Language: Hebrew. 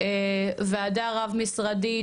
ועדה רב-משרדית,